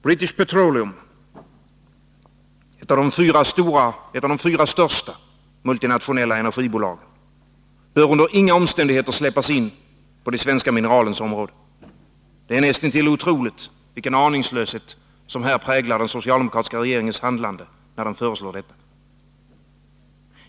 British Petroleum, ett av de fyra största multinationella energibolagen, bör under inga omständigheter släppas in på det svenska mineralområdet — det är näst intill otroligt, vilken aningslöshet som här präglar den socialdemokratiska regeringens handlande när den föreslår detta.